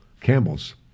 Campbell's